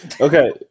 Okay